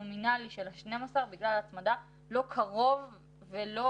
הנומינלי של ה-12 בגלל ההצמדה לא קרוב ולא